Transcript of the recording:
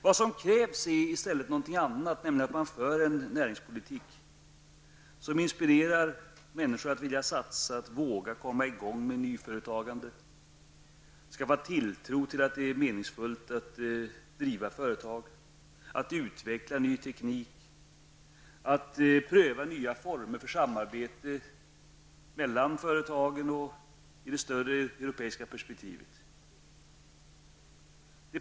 I stället krävs någonting annat, nämligen en näringspolitik som inspirerar människor till att satsa, till att våga komma i gång med nyföretagande, till att skapa tilltro till det meningsfulla i att driva företag, till att utveckla ny teknik och till att pröva nya former för samarbete mellan företagen, även i det större europeiska perspektivet.